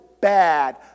bad